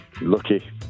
Lucky